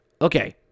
Okay